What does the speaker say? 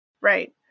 Right